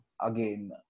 again